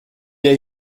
est